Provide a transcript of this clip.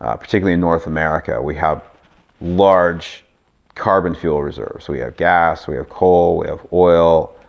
ah particularly north america, we have large carbon fuel reserves. we have gas. we have coal. we have oil.